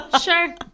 sure